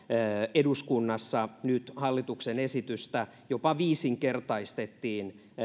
eduskunnassa nyt hallituksen esitystä jopa viisinkertaistettiin